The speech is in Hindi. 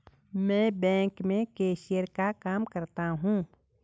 मैं बैंक में कैशियर का काम करता हूं